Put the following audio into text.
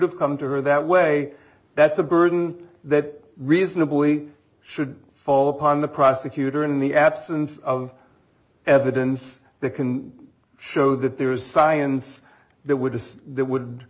have come to her that way that's a burden that reasonably should fall upon the prosecutor in the absence of evidence that can show that there is science that would that would